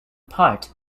part